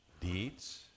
deeds